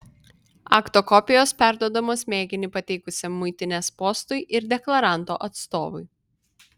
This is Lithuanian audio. akto kopijos perduodamos mėginį pateikusiam muitinės postui ir deklaranto atstovui